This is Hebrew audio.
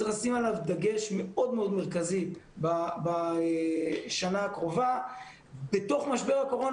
צריך לשים עליו דגש מאוד מאוד מרכזי בשנה הקרובה בתוך משבר הקורונה